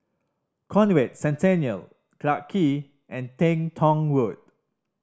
Conrad Centennial Clarke Quay and Teng Tong Road